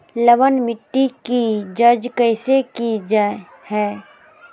लवन मिट्टी की जच कैसे की जय है?